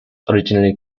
originally